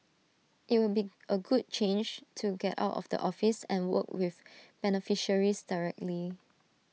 IT would be A good change to get out of the office and work with beneficiaries directly